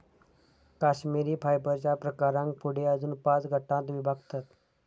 कश्मिरी फायबरच्या प्रकारांका पुढे अजून पाच गटांत विभागतत